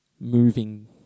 moving